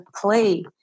play